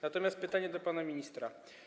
Natomiast mam pytanie do pana ministra.